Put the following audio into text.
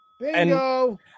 Bingo